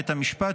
בית המשפט,